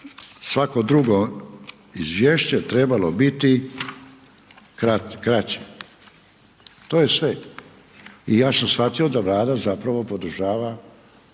svako drugo izvješće trebao biti kraće. To je sve i ja sam shvatio da Vlada zapravo podržava